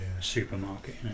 supermarket